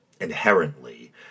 inherently